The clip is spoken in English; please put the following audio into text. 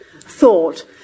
thought